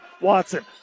Watson